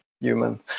human